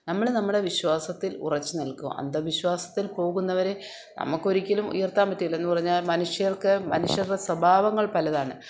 നമ്മൾ നമ്മുടെ വിശ്വാസത്തിൽ ഉറച്ചുനിൽക്കുക അന്ധവിശ്വസത്തിൽ പോകുന്നവരെ നമുക്കൊരിക്കലും ഉയർത്താൻ പറ്റുകേല എന്നു പറഞ്ഞാൽ മനുഷ്യർക്ക് മനുഷ്യരുടെ സ്വഭാവങ്ങൾ പലതാണ്